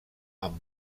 amb